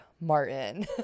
Martin